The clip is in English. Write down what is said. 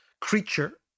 creature